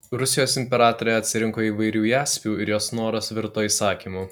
rusijos imperatorė atsirinko įvairių jaspių ir jos noras virto įsakymu